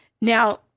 Now